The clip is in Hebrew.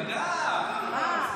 תירגע, מה קורה?